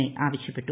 A ആവശ്യപ്പെട്ടു